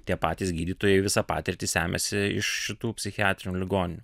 tie patys gydytojai visą patirtį semiasi iš šitų psichiatrinių ligoninių